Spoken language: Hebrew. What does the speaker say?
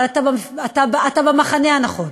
אבל אתה במחנה הנכון.